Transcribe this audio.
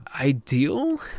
ideal